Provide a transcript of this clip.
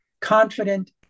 confident